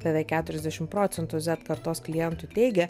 beveik keturiasdešim procentų set kartos klientų teigia